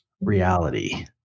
reality